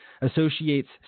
associates